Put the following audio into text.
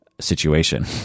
situation